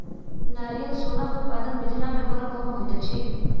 नारियल सोनक उत्पादन मिथिला मे बड़ कम होइत अछि